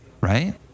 Right